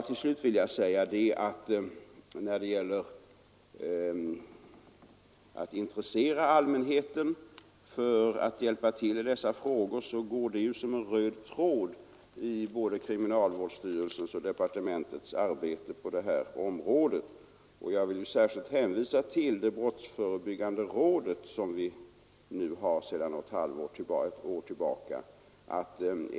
Till slut vill jag säga att när det gäller att intressera allmänheten för att hjälpa till i dessa frågor, så går det som en röd tråd i både kriminalvårdsstyrelsens och departementets arbete på det här området. Jag vill särskilt hänvisa till brottsförebyggande rådet som finns sedan ett år tillbaka.